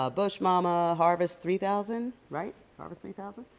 ah bush mama, harvest three thousand, right? harvest three thousand?